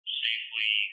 safely